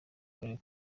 karere